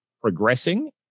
progressing